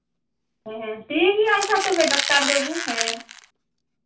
ᱦᱮᱸ ᱦᱮᱸ ᱴᱷᱤᱠᱜᱮᱭᱟ ᱟᱪᱪᱷᱟ ᱰᱟᱠᱛᱟᱨ ᱵᱟ ᱵᱩ ᱦᱮᱸ